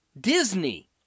Disney